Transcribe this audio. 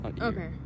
Okay